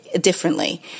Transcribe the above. differently